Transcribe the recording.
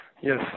Yes